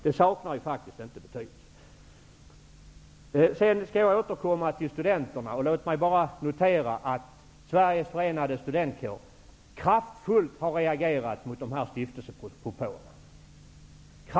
Det saknar faktiskt inte betydelse. Jag vill återkomma till studenterna. Sveriges förenade studentkårer har kraftfullt reagerat mot stiftelsepropåerna.